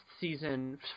season